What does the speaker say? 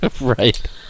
Right